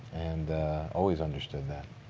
and always understood that.